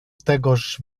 tegoż